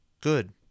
good